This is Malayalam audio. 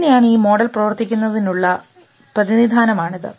എങ്ങനെയാണ് ഈ മോഡൽ പ്രവർത്തിക്കുന്നതിനുള്ള പ്രതിനിധാനം ആണിത്